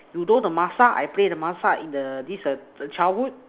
you know the Masak I play the Masak in the this uh the childhood